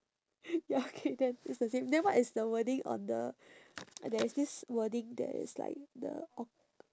ya okay then it's the same then what is the wording on the there is this wording that is like the orc~